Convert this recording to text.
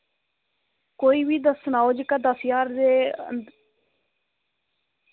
कोई बी दस्सना हो जेह्का दस ज्हार दे